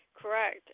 Correct